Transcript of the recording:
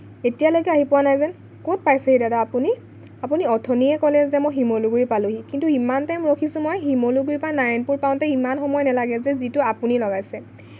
এতিয়ালৈকে আহি পোৱা নাই যেন ক'ত পাইছেহি দাদা আপুনি আপুনি অথনিয়ে ক'লে যে মই শিমলুগুড়ি পালোঁহি কিন্তু ইমান টাইম ৰখিছোঁ মই শিমলুগুড়ি পৰা নাৰায়ণপুৰ পাওঁতে ইমান সময় নালাগে যে যিটো আপুনি লগাইছে